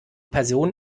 person